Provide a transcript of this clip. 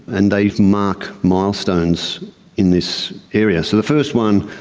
and they mark milestones in this area. so the first one,